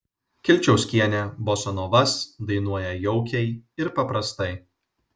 kilčiauskienė bosanovas dainuoja jaukiai ir paprastai